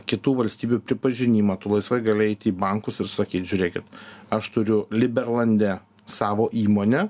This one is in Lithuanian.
kitų valstybių pripažinimą tu laisvai gali eiti į bankus ir sakyt žiūrėkit aš turiu liberlande savo įmonę